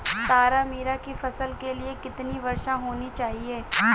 तारामीरा की फसल के लिए कितनी वर्षा होनी चाहिए?